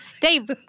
Dave